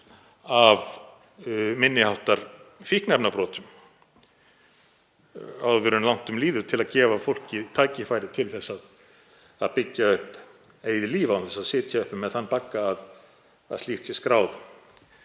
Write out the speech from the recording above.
af minni háttar fíkniefnabrotum áður en langt um líður til að gefa fólki tækifæri til að byggja upp eigið líf án þess að sitja uppi með þann bagga að slíkt sé skráð